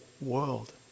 world